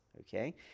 okay